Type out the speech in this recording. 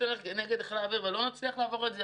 נגד חיל האוויר ולא נצליח לעבור את זה,